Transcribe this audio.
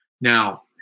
Now